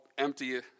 empty